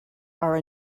are